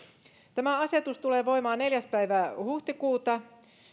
tämä asetus tulee voimaan neljäs päivä huhtikuuta